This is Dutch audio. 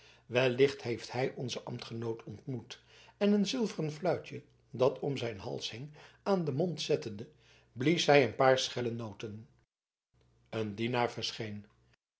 wellicht heeft hij onzen ambtgenoot ontmoet en een zilveren fluitje dat om zijn hals hing aan den mond zettende blies hij een paar schelle noten een dienaar verscheen